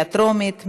בקריאה טרומית.